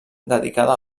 dedicada